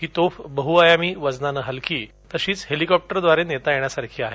ही तोफ बहुआयामी वजनानं हलकी तसेच हेलिकॉप्टरद्वारे नेता येण्यासारखी आहे